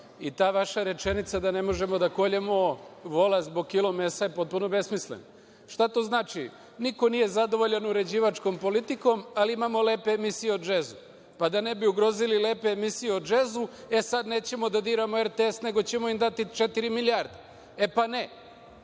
je. Ta vaša rečenica da ne možemo da koljemo vola zbog kilo mesa je potpuno besmislena. Šta to znači? Niko nije zadovoljan uređivačkom politikom, ali imamo lepe emisije o džezu. Pa da ne bi ugrozili lepe emisije u džezu, e sad nećemo da diramo RTS nego ćemo im dati četiri milijarde. E, pa ne.